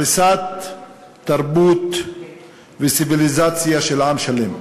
הריסת תרבות וציוויליזציה של עם שלם.